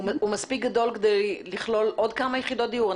הוא מספיק גדול כדי לכלול עוד כמה יחידות דיור?